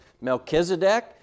Melchizedek